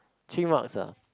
three marks ah